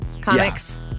Comics